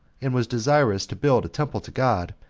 and was desirous to build a temple to god,